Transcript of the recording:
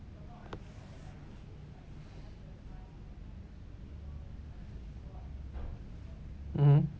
mmhmm